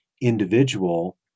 individual